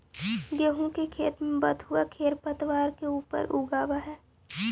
गेहूँ के खेत में बथुआ खेरपतवार के ऊपर उगआवऽ हई